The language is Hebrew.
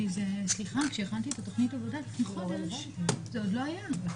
אז קצת קשה לי להבין את המודל